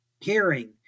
hearing